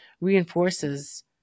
reinforces